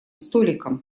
столиком